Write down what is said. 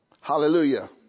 Hallelujah